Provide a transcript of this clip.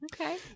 Okay